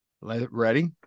Ready